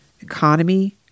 economy